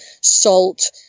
salt